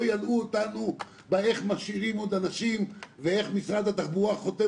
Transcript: ילאו אותנו איך משאירים עוד אנשים ואיך משרד התחבורה חותם